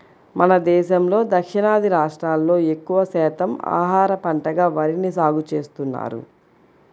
మన దేశంలో దక్షిణాది రాష్ట్రాల్లో ఎక్కువ శాతం ఆహార పంటగా వరిని సాగుచేస్తున్నారు